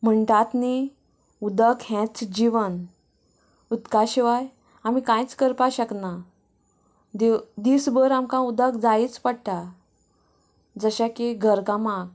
म्हणटात न्ही उदक हेंच जिवन उदका शिवाय आमी कांयच करपाक शकनात देव दीस भर आमकां उदक जायीच पडटा जशें की घर कामाक